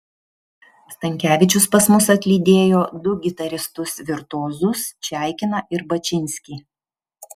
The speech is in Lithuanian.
stankevičius pas mus atlydėjo du gitaristus virtuozus čaikiną ir bačinskį